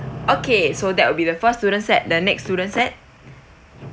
okay so that will be the first student set the next student set